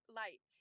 light